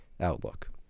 outlook